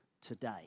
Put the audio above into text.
today